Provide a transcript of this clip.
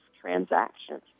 transactions